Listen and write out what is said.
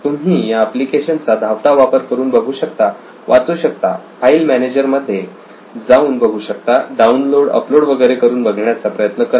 तुम्ही या अप्लिकेशन चा धावता वापर करून बघू शकता वाचू शकता फाईल मॅनेजर मध्ये जाऊन बघू शकता डाउनलोड अपलोड वगैरे करून बघण्याचा प्रयत्न करा